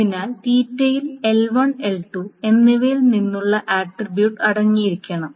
അതിനാൽ യിൽ L 1 L 2 എന്നിവയിൽ നിന്നുള്ള ആട്രിബ്യൂട്ട് അടങ്ങിയിരിക്കണം